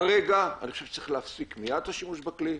כרגע, אני חושב שצריך להפסיק מיד את השימוש בכלי.